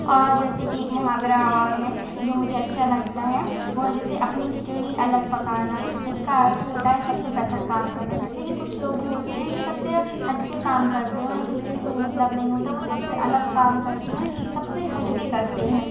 और जैसे कि एक मुहावरा और है जो मुझे अच्छा लगता है वह जैसे अपनी खिचड़ी अलग पकाना इसका अर्थ होता है सबसे पृथक काम करना जैसे कि कुछ लोग होते हैं जो सबसे हट कर काम करते हैं किसी से कोई मतलब नहीं होता है वह सबसे अलग काम करते हैं सबसे हट कर करते हैं